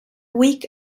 weak